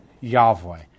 Yahweh